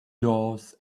doors